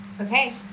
Okay